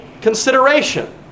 consideration